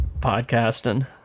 podcasting